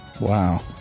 wow